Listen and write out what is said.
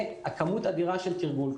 יש כמות אדירה של תרגול.